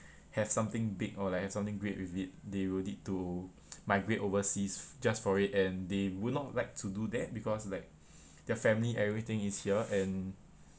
have something big or like have something great with it they will need to migrate overseas just for it and they would not like to do that because like their family everything is here and